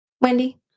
wendy